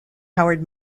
howard